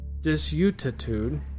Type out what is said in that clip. disutitude